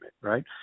Right